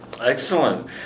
Excellent